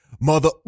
Mother